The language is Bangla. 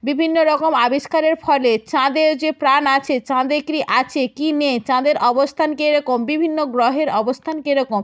বিভিন্ন রকম আবিষ্কারের ফলে চাঁদে যে প্রাণ আছে চাঁদে কী আছে কী নেই চাঁদের অবস্থান কীরকম বিভিন্ন গ্রহের অবস্থান কীরকম